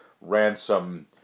ransom